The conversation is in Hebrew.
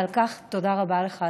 ועל כך תודה רבה לך,